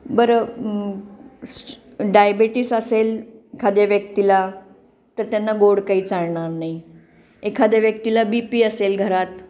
बरं डायबेटीस असेल एखाद्या व्यक्तीला तर त्यांना गोड काही चालणार नाही एखाद्या व्यक्तीला बी पी असेल घरात